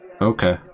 Okay